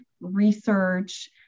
research